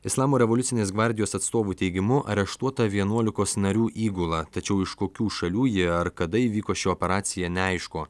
islamo revoliucinės gvardijos atstovų teigimu areštuota vienuolikos narių įgula tačiau iš kokių šalių jie ar kada įvyko ši operacija neaišku